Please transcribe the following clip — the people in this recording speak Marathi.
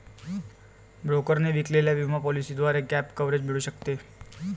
ब्रोकरने विकलेल्या विमा पॉलिसीद्वारे गॅप कव्हरेज मिळू शकते